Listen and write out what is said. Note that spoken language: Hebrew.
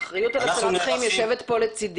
האחריות על הצלת חיים יושבת כאן לצדי